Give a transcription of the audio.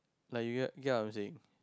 like you get you get what I'm saying